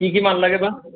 কি কি মাল লাগে বা